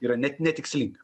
yra net netikslinga